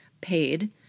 paid